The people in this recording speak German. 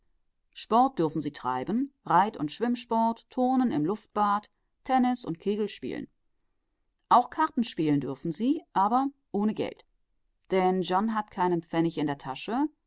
dürfen sie treiben reit und schwimmsport turnen im luftbad tennis und kegelspielen auch karten spielen dürfen sie aber ohne geld denn john hat keinen pfennig in der tasche